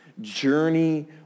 Journey